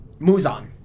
Muzan